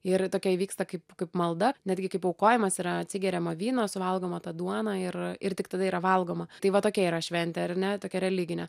ir tokia įvyksta kaip kaip malda netgi kaip aukojimas yra atsigeriama vyno suvalgoma ta duona ir ir tik tada yra valgoma tai va tokia yra šventė ar ne tokia religinė